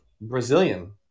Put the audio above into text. Brazilian